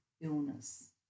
illness